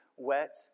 wet